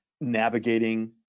navigating